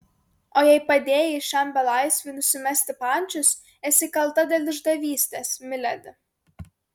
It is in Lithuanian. o jei padėjai šiam belaisviui nusimesti pančius esi kalta dėl išdavystės miledi